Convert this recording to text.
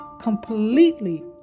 completely